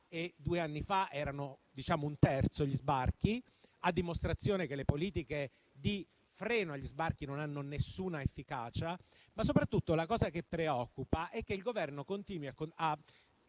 due anni fa erano un terzo degli attuali, a dimostrazione che le politiche di freno agli sbarchi non hanno nessuna efficacia. Ma soprattutto, la cosa che preoccupa è che il Governo continui a